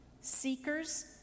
seekers